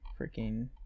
freaking